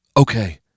Okay